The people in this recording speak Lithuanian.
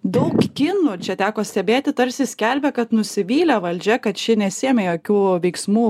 daug kinų čia teko stebėti tarsi skelbia kad nusivylę valdžia kad ši nesiėmė jokių veiksmų